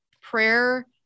prayer